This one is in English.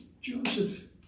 Joseph